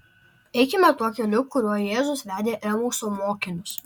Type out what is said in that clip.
eikime tuo keliu kuriuo jėzus vedė emauso mokinius